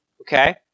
Okay